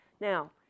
Now